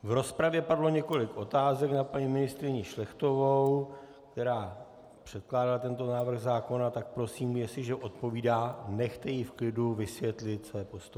V rozpravě padlo několik otázek na paní ministryni Šlechtovou, která předkládá tento návrh zákona, tak prosím, jestliže odpovídá, nechte ji v klidu vysvětlit své postoje.